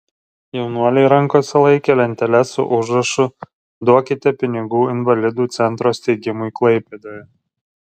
jaunuoliai rankose laikė lenteles su užrašu duokite pinigų invalidų centro steigimui klaipėdoje